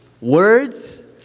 Words